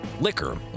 liquor